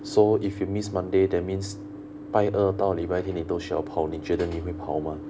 so if you miss monday that means 拜二到礼拜天你都需要跑你觉得你会跑吗